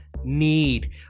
need